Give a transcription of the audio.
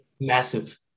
Massive